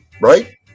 right